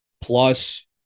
Plus